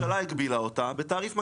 נכון, הממשלה הגבילה אותה לתעריף מקסימלי,